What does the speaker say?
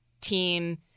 team